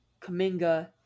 Kaminga